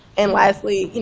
and lastly,